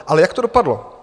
Ale jak to dopadlo?